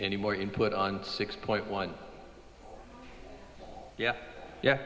any more input on six point one yeah ye